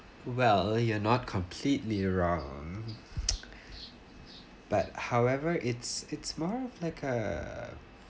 well you're not completely wrong but however it's it's more of like a